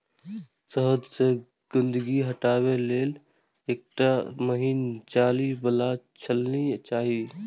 शहद सं गंदगी हटाबै लेल एकटा महीन जाली बला छलनी चाही